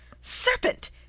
Serpent